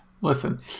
listen